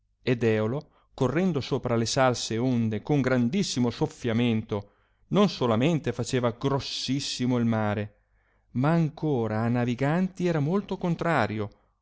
ed eolo correndo sopra le salse onde con grandissimo soffiamento non solamente faceva grossissimo il mare ma ancora a naviganti era molto contrario